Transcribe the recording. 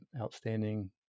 outstanding